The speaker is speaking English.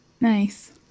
Nice